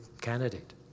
candidate